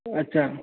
अच्छा